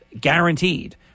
guaranteed